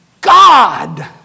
God